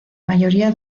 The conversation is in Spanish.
mayoría